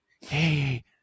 Hey